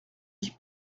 qui